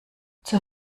zur